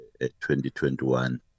2021